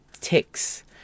ticks